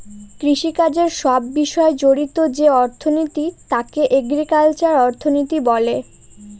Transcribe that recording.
কৃষিকাজের সব বিষয় জড়িত যে অর্থনীতি তাকে এগ্রিকালচারাল অর্থনীতি বলে